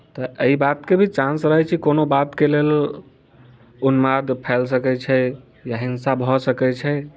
तऽ एहि बातके भी चांस रहैत छै कोनो बातके लेल उन्माद फैल सकैत छै या हिंसा भऽ सकैत छै